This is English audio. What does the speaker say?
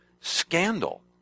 scandal